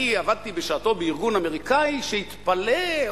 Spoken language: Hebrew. אני עבדתי בשעתו בארגון אמריקני שהתפלא,